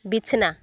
ᱵᱤᱪᱷᱱᱟ